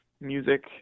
music